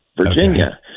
Virginia